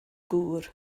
gŵr